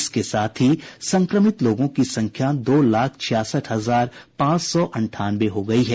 इसके साथ ही संक्रमित लोगों की संख्या दो लाख छियासठ हजार पांच सौ अठानवे हो गई है